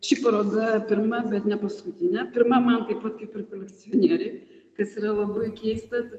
ši paroda pirma bet ne paskutinė pirma man taip pat kaip ir kolekcionierei kas yra labai keista